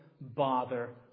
bother